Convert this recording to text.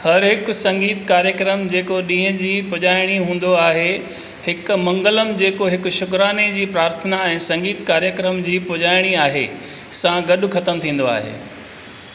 हर हिकु संगीत कार्यक्रम जेको ॾींहुं जी पुॼायणी हूंदो आहे हिकु मंगलम जेको हिकु शुक्राने जी प्रार्थना ऐं संगीत कार्यक्रम जी पुॼायणी आहे सां गॾु ख़तमु थींदो आहे